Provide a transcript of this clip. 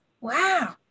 Wow